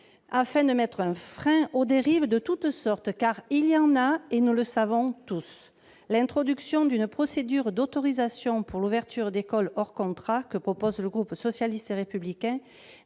afin de mettre un frein aux dérives de toutes sortes. Car celles-ci existent, nous le savons tous ! L'introduction d'une procédure d'autorisation pour l'ouverture d'une école hors contrat, que propose le groupe socialiste et républicain,